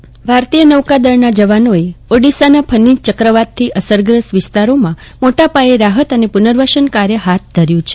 યુંટણી મતદાન ભારતીય નૌકાદળના જવાનોએ ઓડીશાના ફની ચક્રવાતથી અસરગ્રસ્ત વિસ્તારોમાં મોટાપાયે રાહત અને પુનર્વસનકાર્ય હાથ ધર્યું છે